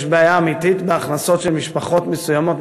יש בעיה אמיתית בהכנסות של משפחות מסוימות,